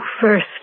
first